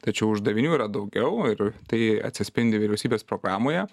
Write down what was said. tačiau uždavinių yra daugiau ir tai atsispindi vyriausybės programoje